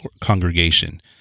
congregation